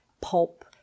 pulp